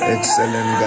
Excellent